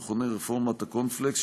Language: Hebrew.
המכונה "רפורמת הקורנפלקס",